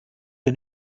dir